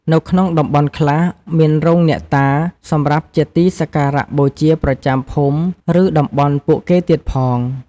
នៅក្នុងតំបន់ខ្លះ មានរោងអ្នកតា សម្រាប់ជាទីសក្ការៈបូជាប្រចាំភូមិ ឬតំបន់ពួកគេទៀតផង។